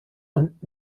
und